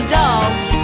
dogs